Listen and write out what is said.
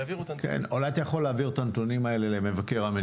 תוכל להעביר את הנתונים האלה למבקר המדינה?